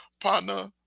Partner